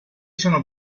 sono